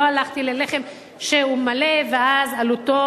לא הלכתי ללחם שהוא מלא ואז עלותו,